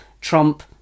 Trump